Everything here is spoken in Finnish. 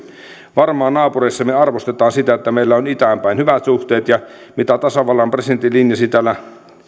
varmaan naapureissamme arvostetaan sitä että meillä on itään päin hyvät suhteet ja mitä tasavallan presidentti linjasi